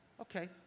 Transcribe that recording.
Okay